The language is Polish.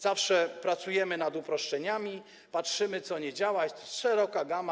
Zawsze pracujemy nad uproszczeniami, patrzymy, co nie działa, jest to szeroka gama.